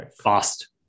Fast